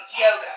yoga